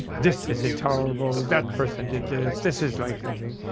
this is intolerable, that person did this, this is like something.